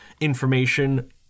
information